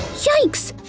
yikes!